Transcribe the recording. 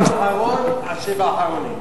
האחרון, אחרי האחרון?